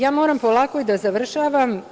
Ja moram polako i da završavam.